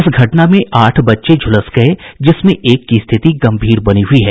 इस घटना में आठ बच्चे झुलस गये जिसमें एक की स्थिति गंभीर बनी हुयी है